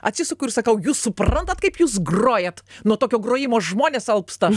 atsisuku ir sakau jūs suprantat kaip jūs grojat nuo tokio grojimo žmonės alpsta